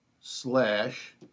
slash